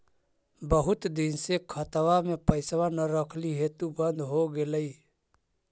बहुत दिन से खतबा में पैसा न रखली हेतू बन्द हो गेलैय?